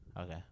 okay